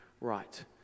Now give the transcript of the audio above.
right